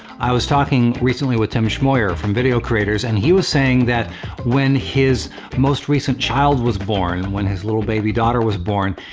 i was talking recently with tim schmoyer from video creators, and he was saying that when his most recent child was born, when his little baby daughter was born,